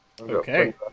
Okay